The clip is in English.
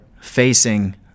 facing